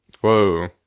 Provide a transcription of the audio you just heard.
whoa